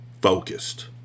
focused